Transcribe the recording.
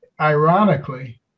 Ironically